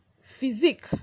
physique